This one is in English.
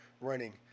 running